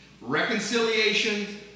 reconciliation